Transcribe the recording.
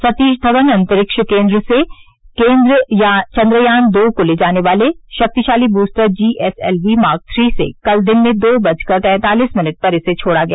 सतीश धवन अंतरिक्ष केन्द्र से चन्द्रयान दो को ले जाने वाले शक्तिशाली booster G S L V mark three से कल दिन में दो बजकर तैंतालिस मिनट पर इसे छोड़ा गया